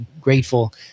grateful